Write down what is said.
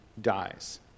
dies